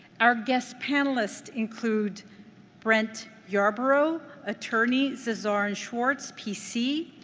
our guest panelists include brent yarborough, attorney, zarzaur and schwartz, p c.